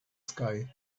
sky